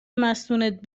مستونت